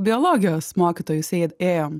biologijos mokytojus eid ėjom